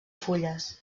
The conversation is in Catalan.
fulles